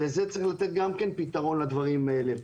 צריך לתת גם פתרון לדברים האלה.